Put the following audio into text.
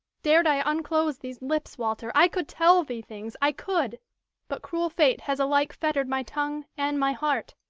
dared i unclose these lips, walter, i could tell thee things! i could but cruel fate has alike fettered my tongue and my heart,